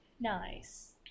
nice